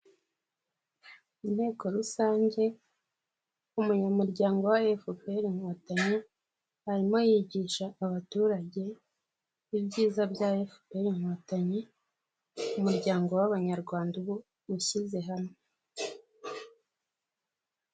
Inteko rusange umunyamuryango wa FPR Inkotanyi arimo yigisha abaturage ibyiza byaFPR Inkotanyi umuryango w'abanyarwanda ubu wishyize hamwe.